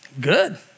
Good